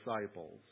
disciples